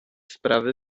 sprawy